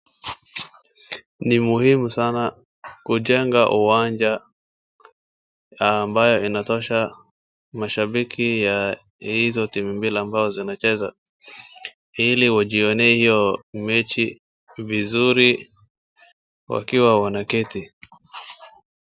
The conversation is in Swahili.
Ni muhimu sana kujenga uwanja ambayo inatosha mashabiki ya hizo timu mbili ambazo zinacheza, ili wajionee hiyo mechi vizuri wakiwa wanaketi.